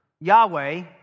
Yahweh